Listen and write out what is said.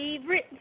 Favorite